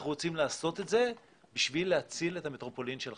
אנחנו רוצים לעשות את זה כדי להציל את המטרופולין של חיפה.